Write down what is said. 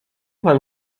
wam